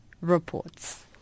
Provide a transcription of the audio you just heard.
reports